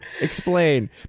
Explain